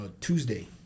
tuesday